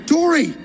Dory